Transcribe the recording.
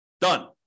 Done